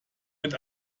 mit